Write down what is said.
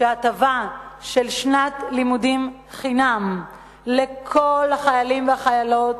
שההטבה של שנת לימודים חינם לכל החיילים והחיילות,